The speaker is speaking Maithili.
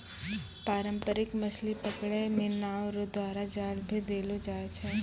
पारंपरिक मछली पकड़ै मे नांव रो द्वारा जाल भी देलो जाय छै